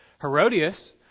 Herodias